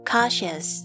Cautious